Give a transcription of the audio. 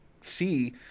see